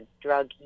drug